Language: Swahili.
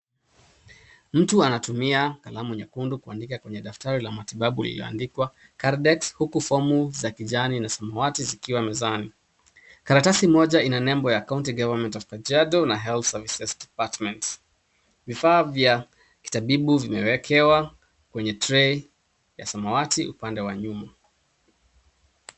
Mtu anatumia kalamu nyekundu kuandika kwenye daftari lamatiabu lililoandikwa cardex huku fomu za kijani na samawati zikiwa mezani. Karatasi moja ina nembo ya County Government of Kajiado na Health Services Department. Vifaa vya kitabibu vimewekewa kwenye trei ya samawati upande wa nyuma.